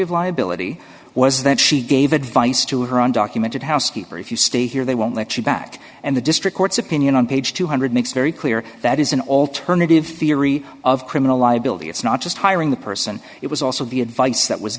of liability was that she gave advice to her undocumented housekeeper if you stay here they won't let you back and the district court's opinion on page two hundred makes very clear that is an alternative theory of criminal liability it's not just hiring the person it was also the advice that was